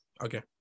Okay